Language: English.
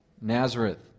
Nazareth